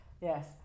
yes